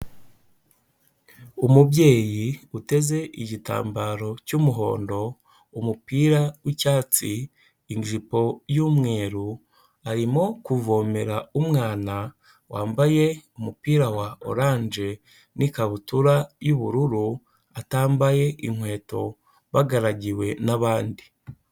Umubyeyi uteze igitambaro cy'umuhondo, umupira w'icyatsi, ijipo y'umweru, arimo kuvomera umwana wambaye umupira wa orange n'ikabutura y'ubururu, atambaye inkweto bagaragiwe n'abandi.